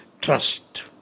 trust